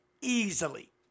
Easily